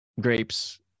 grapes